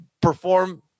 perform